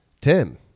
Tim